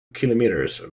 kilometres